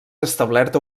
establert